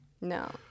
no